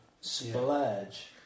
splurge